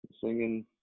singing